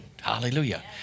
Hallelujah